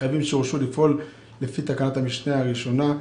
קווים שהורשו לפעול לפי תקנת המשנה הראשונה: